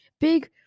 big